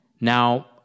Now